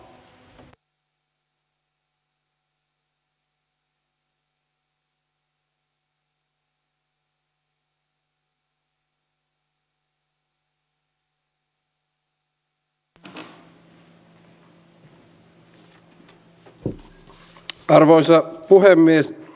kiitos arvoisa rouva puhemies